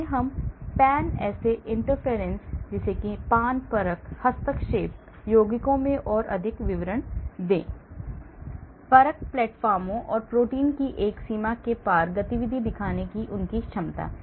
आइए हम पान परख हस्तक्षेप यौगिकों में और अधिक विवरण दें परख प्लेटफार्मों और प्रोटीन की एक सीमा के पार गतिविधि दिखाने की उनकी क्षमता